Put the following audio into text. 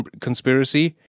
conspiracy